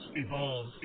evolve